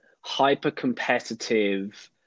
hyper-competitive